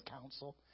counsel